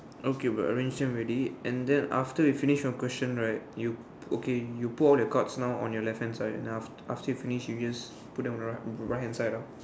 okay bro I mention already and then after you finish one question right you okay you put all the chords now on your left hand side and I'll after you finish you just put it on the right right hand side ah